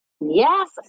Yes